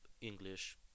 English